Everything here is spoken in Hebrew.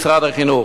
משרד החינוך.